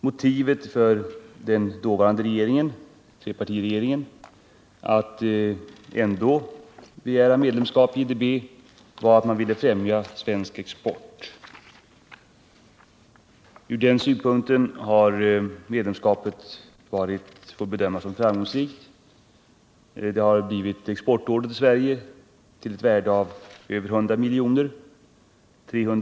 Motivet för den dåvarande trepartiregeringen att ändå begära medlemskap i IDB var att man ville främja svensk export, Från den synpunkten får medlemskapet bedömas som framgångsrikt. Det har gått exportorder till Sverige till ett värde av över 100 milj.kr.